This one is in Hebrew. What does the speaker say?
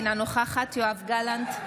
אינה נוכחת יואב גלנט,